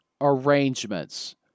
arrangements